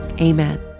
Amen